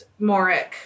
Morik